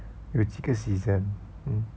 有几个 season hmm